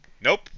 Nope